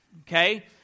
okay